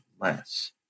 less